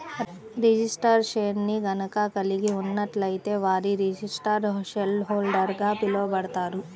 registered షేర్ని గనక కలిగి ఉన్నట్లయితే వారు రిజిస్టర్డ్ షేర్హోల్డర్గా పిలవబడతారు